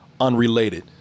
unrelated